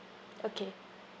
okay